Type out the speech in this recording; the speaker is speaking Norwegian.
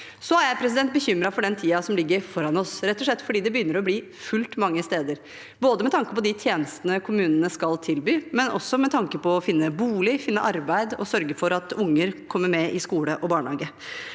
Jeg er bekymret for den tiden som ligger foran oss, rett og slett fordi det begynner å bli fullt mange steder, både med tanke på de tjenestene kommunene skal tilby, og med tanke på å finne bolig, finne arbeid og sørge for at unger kommer med i skole og barnehage.